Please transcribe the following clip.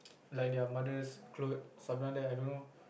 like their mother's clothes something like that I don't know